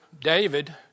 David